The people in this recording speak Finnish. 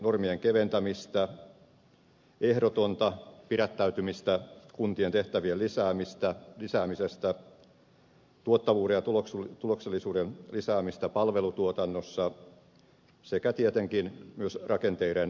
normien keventämistä ehdotonta pidättäytymistä kuntien tehtävien lisäämisestä tuottavuuden ja tuloksellisuuden lisäämistä palvelutuotannossa sekä tietenkin myös rakenteiden uudistamista